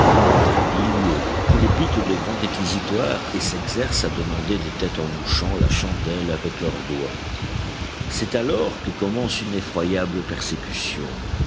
teint bilieux qui débitent de grands réquisitoires et s'exercent à demander des têtes en mouchant la chandelle avec leurs doigts c'est alors que commence une effroyable persécution